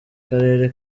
karere